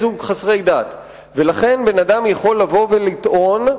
ולכן אדם יכול לטעון: